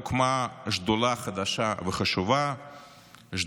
הוקמה שדולה חדשה וחשובה,